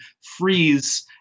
freeze